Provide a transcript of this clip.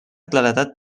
claredat